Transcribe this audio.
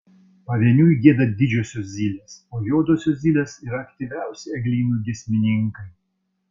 pavieniui gieda didžiosios zylės o juodosios zylės yra aktyviausi eglynų giesmininkai